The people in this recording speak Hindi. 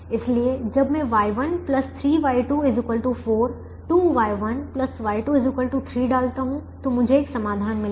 इसलिए जब मैं Y1 3Y2 4 2Y1 Y2 3 डालता हूं तो मुझे एक समाधान मिलेगा